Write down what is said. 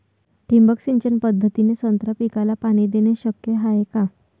ठिबक सिंचन पद्धतीने संत्रा पिकाले पाणी देणे शक्य हाये का?